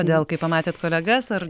kodėl kai pamatėt kolegas ar